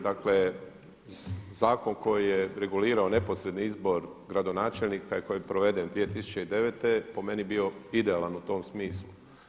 Dakle, zakon koje je regulirao neposredni izbor gradonačelnika i koji je proveden 2009. po meni je bio idealan u tom smislu.